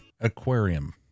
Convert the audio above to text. Aquarium